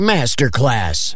Masterclass